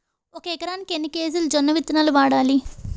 ఒక ఎకరానికి ఎన్ని కేజీలు జొన్నవిత్తనాలు వాడాలి?